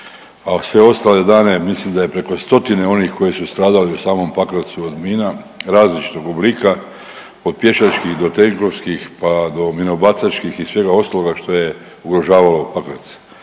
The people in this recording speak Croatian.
a sve ostale dane mislim da je preko stotine onih koji su stradali u samom Pakracu od mina različitog oblika, od pješačkih do tenkovskih pa do minobacačkih i svega ostaloga što je ugrožavalo Pakrac.